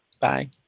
Bye